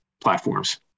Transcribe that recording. platforms